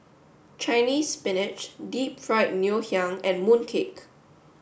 Chinese Spinach deep fried Ngoh Hiang and mooncake